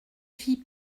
fille